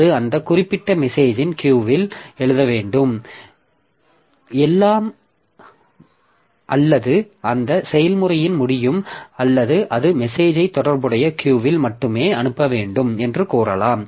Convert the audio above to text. அது அந்த குறிப்பிட்ட மெசேஜின் கியூவில் எழுத வேண்டும் அல்லது அந்த செயல்முறையின் முடியும் அல்லது அது மெசேஜை தொடர்புடைய கியூவில் மட்டுமே அனுப்ப வேண்டும் என்று கூறலாம்